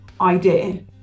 idea